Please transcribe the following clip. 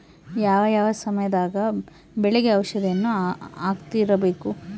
ಯಾವ ಯಾವ ಸಮಯದಾಗ ಬೆಳೆಗೆ ಔಷಧಿಯನ್ನು ಹಾಕ್ತಿರಬೇಕು?